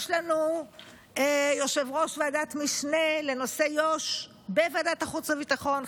יש לנו יושב-ראש ועדת משנה לנושא יו"ש בוועדת החוץ והביטחון,